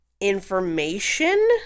information